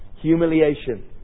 humiliation